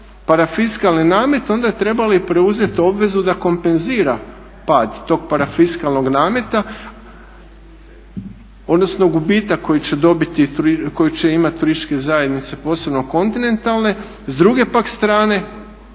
parafiskalne namete onda je trebala i preuzeti obvezu da kompenzira pad tog parafiskalnog nameta, odnosno gubitak koji će imati turističke zajednice posebno kontinentalne. S druge pak strane,